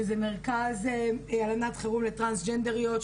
שזה מרכז לינת חירום לטרנסג'נדריות,